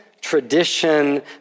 tradition